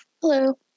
Hello